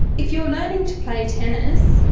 if you are learning to play tennis,